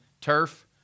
turf